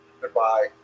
goodbye